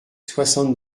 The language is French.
soixante